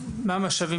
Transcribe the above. מה המשאבים?